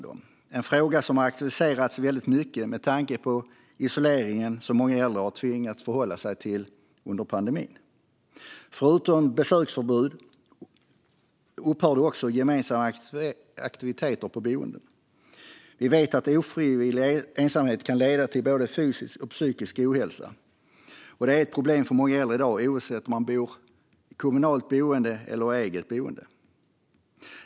Det är en fråga som har aktualiserats väldigt mycket med tanke på den isolering som många äldre har tvingats förhålla sig till under pandemin. Förutom besöksförbudet upphörde också gemensamma aktiviteter på boenden. Vi vet att ofrivillig ensamhet kan leda till både fysisk och psykisk ohälsa. Detta är ett problem för många äldre i dag, oavsett om de bor i ett kommunalt boende eller i ett eget boende.